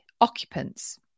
occupants